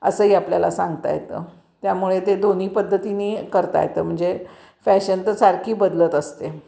असंही आपल्याला सांगता येतं त्यामुळे ते दोन्ही पद्धतीनी करता येतं म्हणजे फॅशन तर सारखी बदलत असते